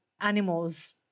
animals